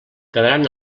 quedaran